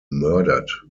murdered